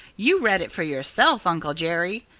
you read it for yourself, uncle jerry.